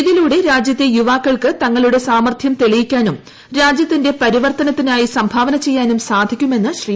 ഇതിലൂടെ രാജ്യത്തെ യുവാക്കൾക്ക് തങ്ങളുടെ സാമർത്ഥ്യം തെളിയിക്കാനും രാജ്യത്തിന്റെ പരിവർത്തനത്തിനായി സംഭാവന ചെയ്യാനും സാധിക്കുമെന്നും ശ്രീ